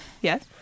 Yes